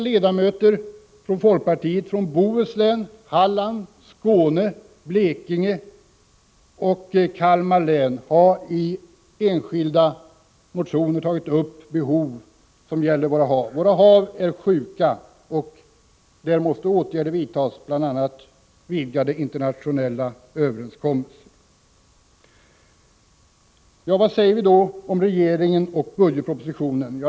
Ledamöter från Bohuslän, från Halland, från Skåne, från Blekinge och från Kalmar län har i enskilda motioner tagit upp behovet av åtgärder för våra hav. Våra hav är sjuka. Åtgärder måste vidtas, bl.a. genom vidgade internationella överenskommelser. Vad säger vi då om regeringens budgetproposition?